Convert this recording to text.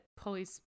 police